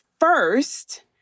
first